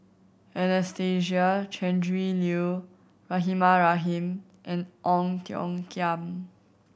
Anastasia Tjendri Liew Rahimah Rahim and Ong Tiong Khiam